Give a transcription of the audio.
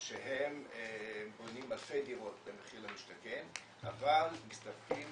שהם בונים אלפי דירות ב'מחיר למשתכן', אבל מסתפקים